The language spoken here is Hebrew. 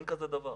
אין כזה דבר.